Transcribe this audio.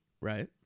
Right